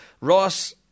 Ross